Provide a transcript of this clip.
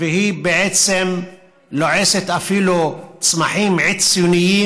והיא בעצם לועסת אפילו צמחים עציים,